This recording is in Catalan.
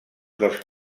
dels